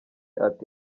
ati